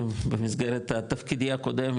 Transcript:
במסגרת תפקידי הקודם,